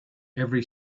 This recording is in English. every